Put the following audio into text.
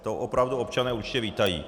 To opravdu občané určitě vítají.